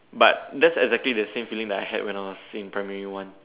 but that's exactly the same feeling that I had when I was in primary one